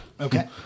okay